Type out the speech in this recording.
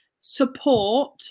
support